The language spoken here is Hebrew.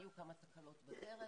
היו כמה תקלות בדרך,